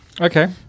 Okay